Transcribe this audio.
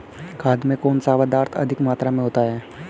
खाद में कौन सा पदार्थ अधिक मात्रा में होता है?